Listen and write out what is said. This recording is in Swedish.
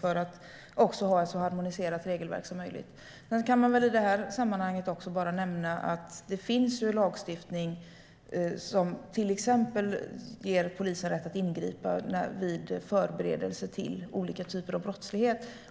för att regelverket ska vara så harmoniserat som möjligt. Sedan kan man väl i sammanhanget även nämna att det finns lagstiftning som till exempel ger polisen rätt att ingripa vid förberedelse av olika typer av brottslighet.